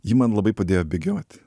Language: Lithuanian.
ji man labai padėjo bėgioti